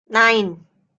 nine